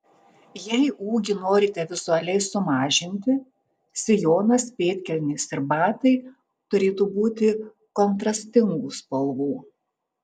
jei ūgį norite vizualiai sumažinti sijonas pėdkelnės ir batai turėtų būti kontrastingų spalvų